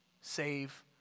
save